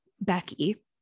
Becky